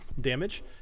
damage